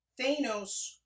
Thanos